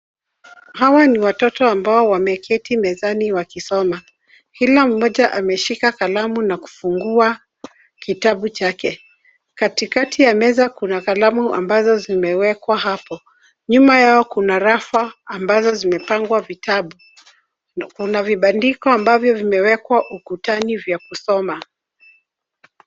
Hawa ni watoto ambao wameketi mezani wakisoma. Kila mmoja ameshika kalamu na kufungua kitabu chake. Katikati ya meza kuna kalamu ambazo zimewekwa hapo. Nyuma yao kuna rafa ambazo zimepangwa vitabu. Kuna vibandiko ambavyo vimewekwa ukutani vya kusoma.